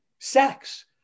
sex